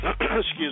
Excuse